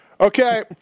Okay